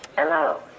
hello